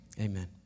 Amen